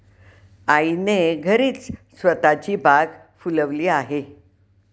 आईने घरीच स्वतःची बाग फुलवली आहे